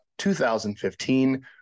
2015